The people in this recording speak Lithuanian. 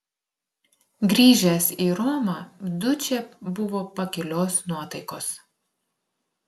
grįžęs į romą dučė buvo pakilios nuotaikos